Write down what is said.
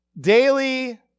daily